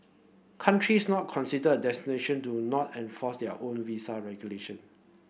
countries not considered a destination do not enforce their own visa regulation